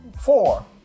four